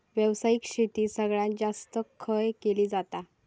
व्यावसायिक शेती सगळ्यात जास्त खय केली जाता?